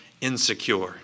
insecure